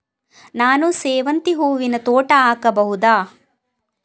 ನಾನು ಸೇವಂತಿ ಹೂವಿನ ತೋಟ ಹಾಕಬಹುದಾ?